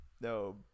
No